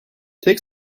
tek